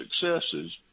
successes